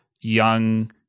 young